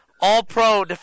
all-pro